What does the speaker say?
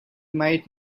might